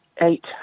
eight